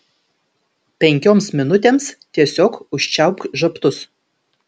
penkioms minutėms tiesiog užčiaupk žabtus